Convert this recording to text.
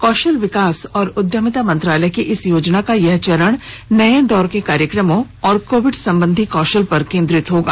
कौशल विकास और उद्यमिता मंत्रालय की इस योजना का यह चरण नये दौर के कार्यक्रमों और कोविड संबंधी कौशल पर केन्द्रित होगा